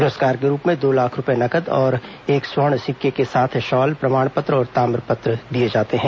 पुरस्कार के रूप में दो लाख रूपए नगद और एक स्वर्ण सिक्के के साथ शॉल प्रमाण पत्र और ताम्र पत्र दिए जाते हैं